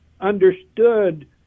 understood